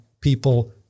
people